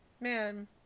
Man